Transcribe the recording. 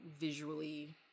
visually